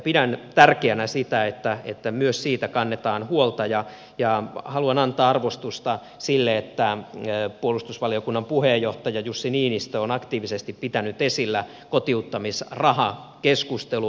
pidän tärkeänä sitä että myös siitä kannetaan huolta ja haluan antaa arvostusta sille että puolustusvaliokunnan puheenjohtaja jussi niinistö on aktiivisesti pitänyt esillä kotiuttamisrahakeskustelua